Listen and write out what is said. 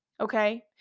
okay